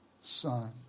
son